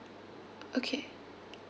okay